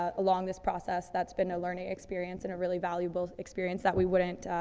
ah along this process that's been a learning experience and a really valuable experience that we wouldn't,